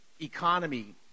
economy